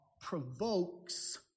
provokes